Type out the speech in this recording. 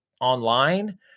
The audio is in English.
online